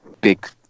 big